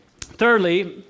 Thirdly